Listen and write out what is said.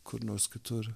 kur nors kitur